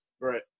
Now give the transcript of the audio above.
right